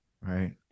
right